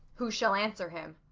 who shall answer him?